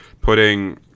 putting